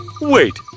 wait